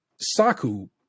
Saku